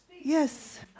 yes